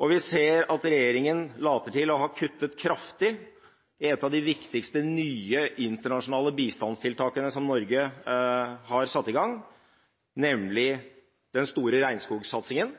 Og vi ser at regjeringen later til å ha kuttet kraftig i et av de viktigste, nye internasjonale bistandstiltakene som Norge har satt i gang, nemlig den